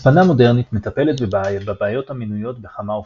הצפנה מודרנית מטפלת בבעיות המנויות בכמה אופנים.